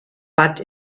but